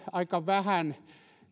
aika vähän